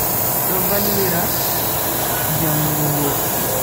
Do vallira jangugo.